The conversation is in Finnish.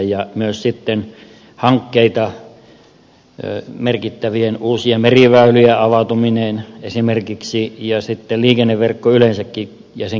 on myös hankkeita merkittävien uusien meriväylien avautuminen esimerkiksi ja liikenneverkko yleensäkin ja sen